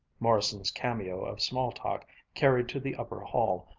morrison's cameo of small-talk carried to the upper hall.